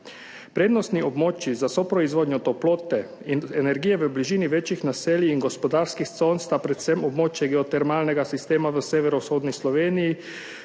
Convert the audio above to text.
Prednostni območji za soproizvodnjo toplote in energije v bližini večjih naselij in gospodarskih con sta predvsem območje geotermalnega sistema v severovzhodni Sloveniji,